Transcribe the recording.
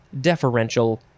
deferential